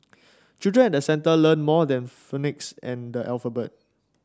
children at the centre learn more than phonics and the alphabet